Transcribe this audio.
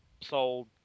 sold